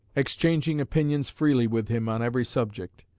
exchanging opinions freely with him on every subject.